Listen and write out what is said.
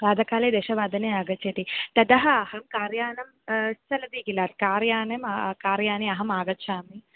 प्रातःकाले दशवादने आगच्छति ततः अहं कार्यानं चलति किल कार्यानं कार्याने अहम् आगच्छामि